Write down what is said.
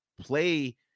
play